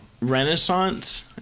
Renaissance